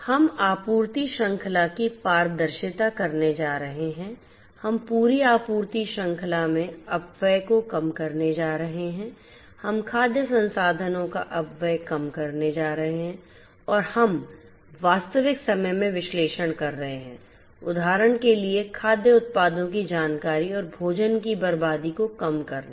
हम आपूर्ति श्रृंखला की पारदर्शिता करने जा रहे हैं हम पूरी आपूर्ति श्रृंखला में अपव्यय को कम करने जा रहे हैं हम खाद्य संसाधनों का अपव्यय कम करने जा रहे हैं और हम वास्तविक समय में विश्लेषण कर सकते हैं उदाहरण के लिए खाद्य उत्पादों की जानकारी और भोजन की बर्बादी को कम करना